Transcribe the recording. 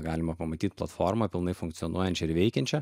galima pamatyti platformą pilnai funkcionuojančią ir veikiančią